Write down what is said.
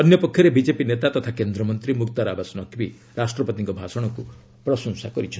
ଅନ୍ୟ ପକ୍ଷରେ ବିଜେପି ନେତା ତଥା କେନ୍ଦ୍ରମନ୍ତ୍ରୀ ମୁକ୍ତାର ଆବାସ ନକ୍ବି ରାଷ୍ଟ୍ରପତିଙ୍କ ଭାଷଣକୁ ପ୍ରଶଂସା କରିଛନ୍ତି